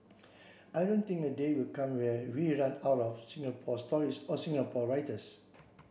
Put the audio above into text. I don't think a day will come where we run out of Singapore stories or Singapore writers